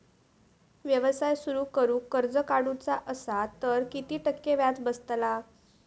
व्यवसाय सुरु करूक कर्ज काढूचा असा तर किती टक्के व्याज बसतला?